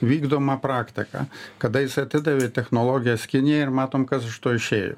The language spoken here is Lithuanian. vykdoma praktika kada jis atidavė technologijas kinijai ir matom kas iš to išėjo